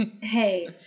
Hey